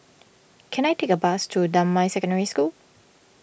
can I take a bus to Damai Secondary School